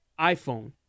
iPhone